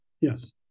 Yes